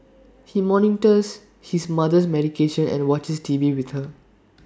he monitors his mother's medication and watches T V with her